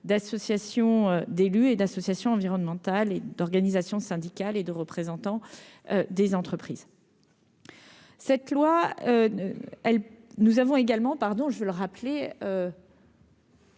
d'associations d'élus et d'associations environnementales et d'organisations syndicales et de représentants des entreprises, cette loi ne elle nous avons également pardon je le rappeler.